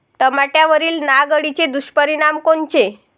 टमाट्यावरील नाग अळीचे दुष्परिणाम कोनचे?